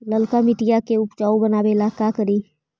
लालका मिट्टियां के उपजाऊ बनावे ला का करी?